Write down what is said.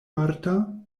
marta